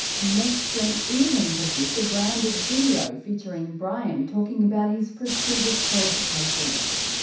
meth screen even produced a branded video featuring and brian talking about his prestigious qualifications.